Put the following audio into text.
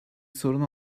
sorun